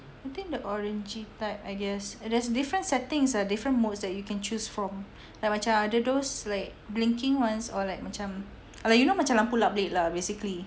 I think the orangey type I guess there is different settings ah different modes that you can choose from like macam those like blinking ones or like macam !alah! you know macam lampu lap lip lah basically